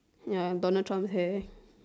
ya Donald Trump hair